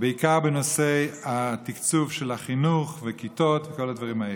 בעיקר בנושא התקצוב של החינוך וכיתות וכל הדברים האלה,